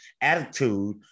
attitude